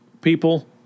people